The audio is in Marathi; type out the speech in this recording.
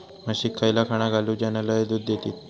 म्हशीक खयला खाणा घालू ज्याना लय दूध देतीत?